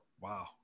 Wow